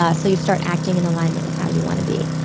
ah so you start acting in alignment with how you want to be?